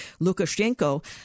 Lukashenko